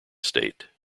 estate